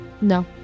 No